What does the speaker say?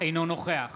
אינו נוכח